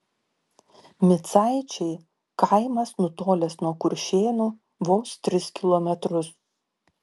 micaičiai kaimas nutolęs nuo kuršėnų vos tris kilometrus